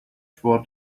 for